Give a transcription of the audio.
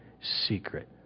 secret